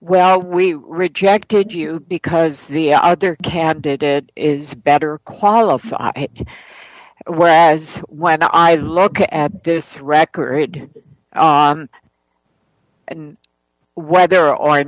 well we rejected you because the other candidate it is better qualified whereas when i look at this record and whether or